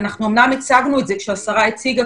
אנחנו אמנם הצגנו את זה כשהשרה הציגה,